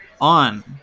on